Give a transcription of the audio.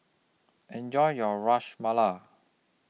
Enjoy your Rash Mala